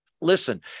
Listen